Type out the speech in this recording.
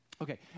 Okay